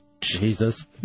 Jesus